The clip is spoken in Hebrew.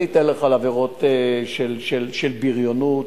אני אתן לך עבירות של בריונות,